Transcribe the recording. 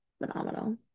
phenomenal